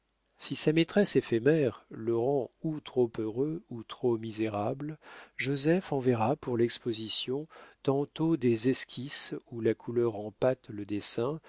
si sa maîtresse éphémère le rend ou trop heureux ou trop misérable joseph enverra pour l'exposition tantôt des esquisses où la couleur empâte le dessin